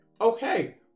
okay